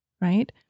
right